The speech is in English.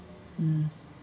(mmH